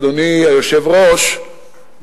אדוני היושב-ראש,